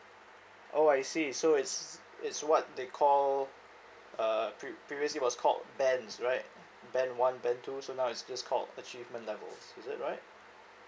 oh I see so is it's what they call uh pre~ previously was called bands right band one band two so now it's just called achievement levels is it right